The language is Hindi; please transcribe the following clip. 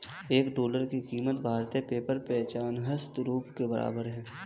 एक डॉलर की कीमत भारतीय पेपर पचहत्तर रुपए के बराबर है